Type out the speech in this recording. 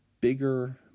bigger